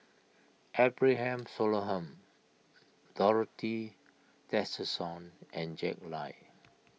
Abraham Solomon Dorothy Tessensohn and Jack Lai